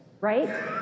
Right